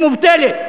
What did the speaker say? היא מובטלת.